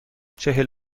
چهل